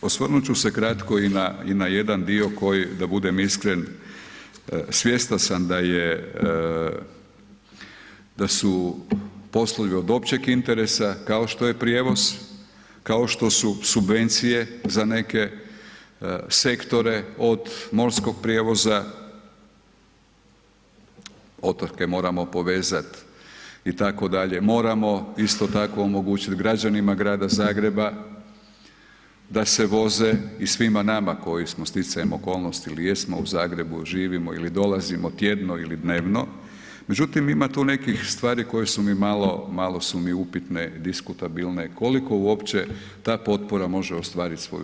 E sad, osvrnut ću se kratko i na jedan dio koji da budem iskren, svjestan sam da su poslovi od općeg interesa kao što je prijevoz, kao što su subvencije za neke sektore od morskog prijevoza, otoke moramo povezat itd., moramo isto tako omogućiti građanima grada Zagreba da se voze i svima nama koji smo sticajem okolnosti ili jesmo u Zagrebu, živimo ili dolazimo tjedno ili dnevno, međutim ima tu nekih stvari koje su mi malo upitne, diskutabilne, koliko uopće ta potpora može ostvarit svoju